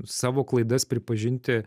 savo klaidas pripažinti